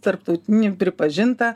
tarptautinį pripažintą